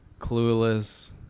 Clueless